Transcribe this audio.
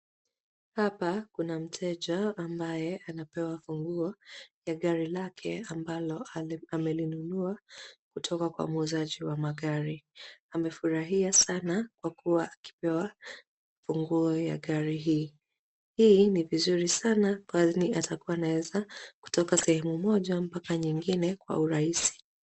Hapa kuna mteja ambaye anapewa funguo ya gari lake ambalo amelinunua kutoka kwa muuzaji wa magari. Amefurahia sana kwa kuwa akipewa funguo ya gari hii. Hii ni vizuri sana kwa ajili atakuwa anaweza kutoka sehemu moja mpaka nyingine kwa urahisi.